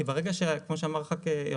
כי ברגע שכמו שאמר חבר הכנסת,